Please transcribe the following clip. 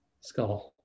skull